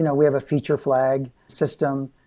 and we have a feature flag system.